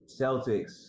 Celtics